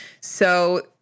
So-